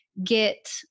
get